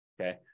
okay